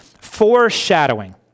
foreshadowing